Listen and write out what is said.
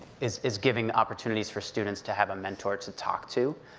is is giving opportunities for students to have a mentor to talk to,